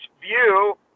view